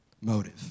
Motive